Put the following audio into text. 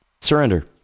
Surrender